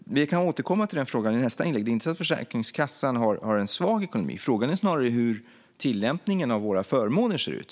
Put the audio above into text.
Vi kan återkomma till den frågan i mitt nästa inlägg. Det är inte så att Försäkringskassan har en svag ekonomi, utan frågan är snarare hur tillämpningen av våra förmåner ser ut.